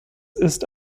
ist